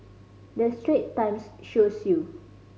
the Straits Times shows you